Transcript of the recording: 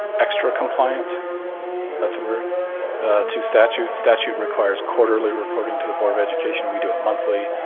extra compliant that's a word to statute. statute requires quarterly reporting to the board of education. we do it monthly,